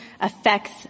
affects